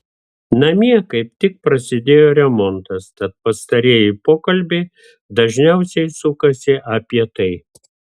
namie kaip tik prasidėjo remontas tad pastarieji pokalbiai dažniausiai sukasi apie tai